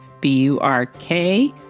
B-U-R-K